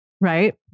Right